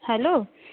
hello